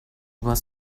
was